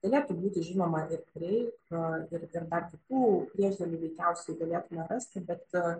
galėtų būti žinoma ir prieik ir ir dar kitų priešdėlių veikiausiai galėtume rasti bet